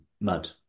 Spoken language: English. mud